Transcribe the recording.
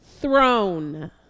throne